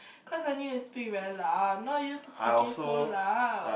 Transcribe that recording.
cause I need to speak very loud I am not used speaking so loud